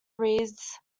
reads